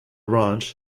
ranch